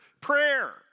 Prayer